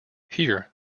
here